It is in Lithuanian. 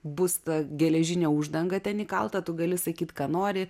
bus ta geležinė uždanga ten įkalta tu gali sakyt ką nori